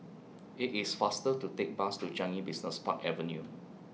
IT IS faster to Take Bus to Changi Business Park Avenue